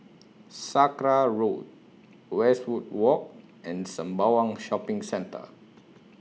Sakra Road Westwood Walk and Sembawang Shopping Centre